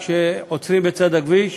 כשעוצרים בצד הכביש